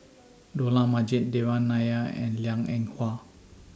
Dollah Majid Devan Nair and Liang Eng Hwa